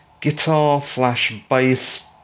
guitar-slash-bass